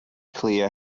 clear